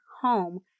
home